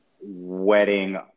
wedding